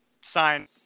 sign